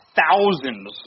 thousands